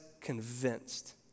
convinced